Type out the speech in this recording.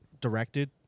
directed